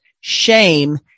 shame